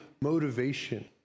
motivation